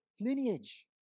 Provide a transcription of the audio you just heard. lineage